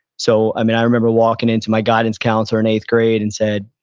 so, i mean i remember walking into my guidance counselor in eighth grade and said,